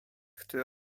które